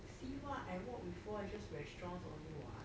see what I walk before it's just restaurants only what